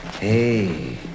Hey